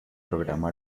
programa